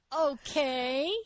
Okay